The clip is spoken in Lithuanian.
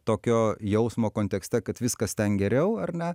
tokio jausmo kontekste kad viskas ten geriau ar ne